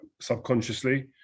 subconsciously